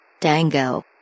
Dango